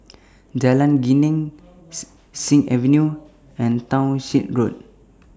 Jalan Geneng Sing Avenue and Townshend Road